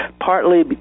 Partly